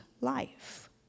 life